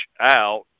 out